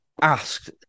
asked